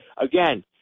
Again